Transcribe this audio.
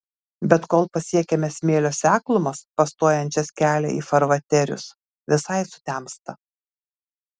bet kol pasiekiame smėlio seklumas pastojančias kelią į farvaterius visai sutemsta